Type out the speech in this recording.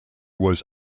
was